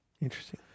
Interesting